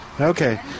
Okay